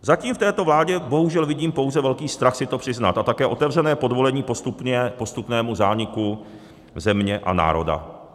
Zatím v této vládě bohužel vidím pouze velký strach si to přiznat a také otevřené podvolení postupnému zániku země a národa.